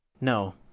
No